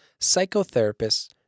psychotherapists